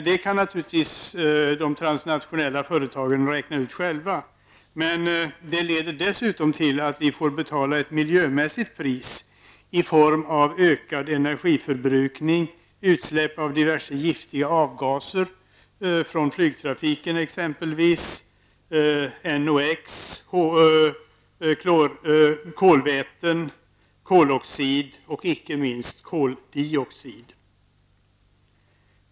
Det kan naturligtvis de transnationella företagen räkna ut själva, men det leder dessutom till att vi får betala ett miljömässigt pris i form av ökad energiförbrukning och utsläpp av diverse giftiga avgaser från flygtrafiken, exempelvis kolväten, koloxid och icke minst koldioxid.